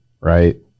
right